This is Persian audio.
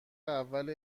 اول